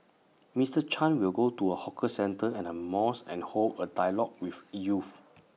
Mister chan will go to A hawker centre and A mosque and hold A dialogue with youth